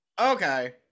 Okay